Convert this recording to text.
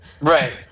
Right